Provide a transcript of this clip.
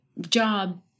job